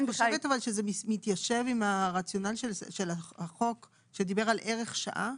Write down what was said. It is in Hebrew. את חושבת שזה מתיישב עם הרציונל של החוק שדיבר על ערך שעה?